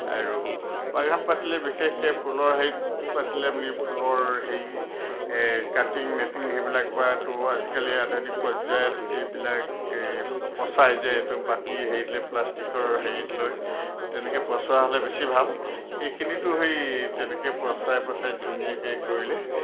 আৰু বাগান পাতিলে বিশেষকৈ ফুলৰ হেৰিত পাতিলে আপুনি ফুলৰ হেৰি কাটিং নেটিং সেইবিলাক বা তো আজিকালি আধুনিক পৰ্যায়ত এইবিলাক এই পচাই যে এইটো বাটি হেৰিত লৈ প্লাষ্টিকৰ হেৰিত লৈ তেনেকৈ পচোৱা হ'লে বেছি ভাল সেইখিনিতো সেই তেনেকৈ পচাই পচাই ধুনীয়াকৈ কৰিলে